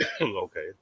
okay